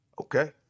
Okay